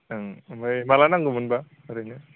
ओं ओमफ्राय माब्ला नांगौमोनबा ओरैनो